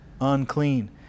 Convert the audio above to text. unclean